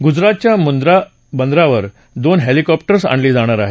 गुजरातच्या मुंद्रा बंदरावर दोन हेलिकॉप्टर्स आणली जाणार आहे